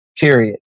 period